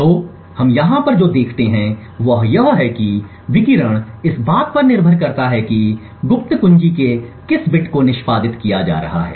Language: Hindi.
तो हम यहाँ पर जो देखते हैं वह यह है कि विकिरण इस बात पर निर्भर करता है कि गुप्त कुंजी के किस बिट को निष्पादित किया जा रहा है